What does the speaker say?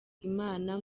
imana